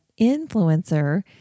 influencer